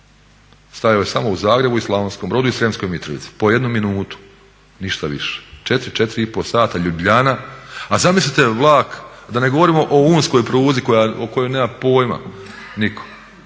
Stajao je samo u Zagrebu i Slavonskom Brodu i Srijemskoj Mitrovici po jednu minutu, ništa više. 4, 4,5 sata Ljubljana, a zamislite vlak da ne govorimo o unskoj pruzi o kojoj nema pojma nitko.